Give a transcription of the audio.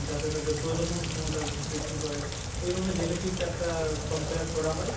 যাতে তাদের প্রজনন ক্ষমতা বৃদ্ধি পায় এইভাবে জেনেটিক্স একটা কম্পেয়ার করা হয়